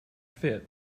fit